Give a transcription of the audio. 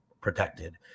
protected